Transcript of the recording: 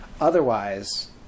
otherwise